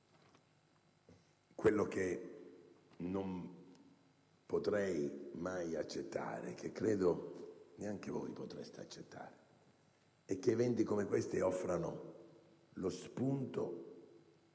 Quello che non potrei mai accettare, e che credo neanche voi potreste accettare, è che eventi come questi offrano lo spunto